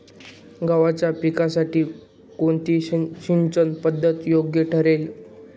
गव्हाच्या पिकासाठी कोणती सिंचन पद्धत योग्य ठरेल?